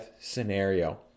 scenario